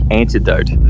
antidote